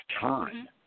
time